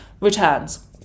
returns